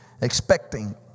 expecting